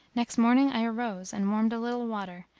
next morning i arose and warmed a little water,